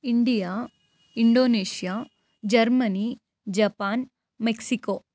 India Indonesia Germany Japan Mexico